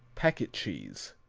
packet cheese